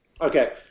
Okay